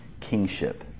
kingship